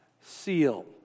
seal